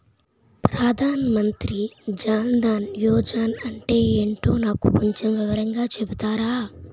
ప్రధాన్ మంత్రి జన్ దన్ యోజన అంటే ఏంటో నాకు కొంచెం వివరంగా చెపుతారా?